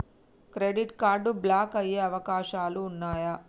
Credit card block అయ్యే అవకాశాలు ఉన్నయా?